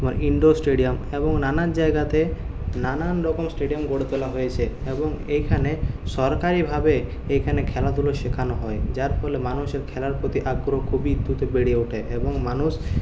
তোমার indoor stadium এবং নানান জায়গাতে নানান রকম স্টেডিয়াম গড়ে তোলা হয়েছে এবং এখানে সরকারিভাবে এখানে খেলাধুলো শেখানো হয় যার ফলে মানুষের খেলার প্রতি আগ্রহ খুবই দ্রুত বেড়ে ওঠে এবং মানুষ